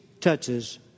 touches